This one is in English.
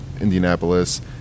Indianapolis